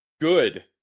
good